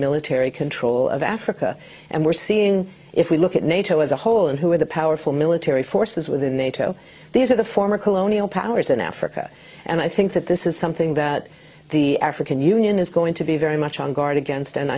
military control of africa and we're seeing if we look at nato as a whole and who are the powerful military forces within nato these are the former colonial powers in africa and i think that this is something that the african union is going to be very much on guard against and